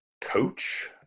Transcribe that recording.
coach